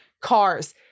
Cars